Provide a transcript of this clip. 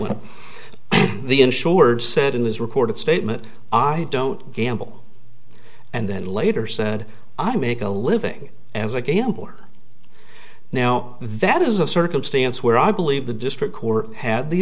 in his recorded statement i don't gamble and then later said i make a living as a gambler now that is a circumstance where i believe the district court had the